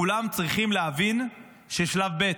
כולם צריכים להבין ששלב ב'